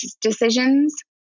decisions